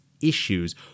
issues